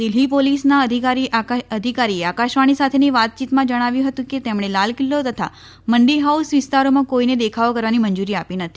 દિલ્ફી પોલીસના અધિકારીએ આકાશવાણી સાથેની વાતચીતમાં જણાવ્યું હતું કે તેમણે લાલ કિલ્લો તથા મંડી હાઉસ વિસ્તારોમાં કોઈને દેખાવો કરવાની મંજુરી આપી નથી